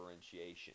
differentiation